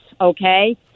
okay